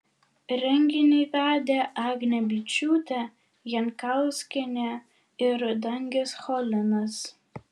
renginį vedė agnė byčiūtė jankauskienė ir dangis cholinas